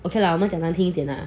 okay lah 我讲难听一点 lah